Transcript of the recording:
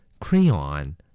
Crayon